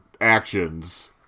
actions